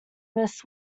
miss